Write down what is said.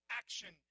action